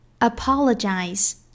Apologize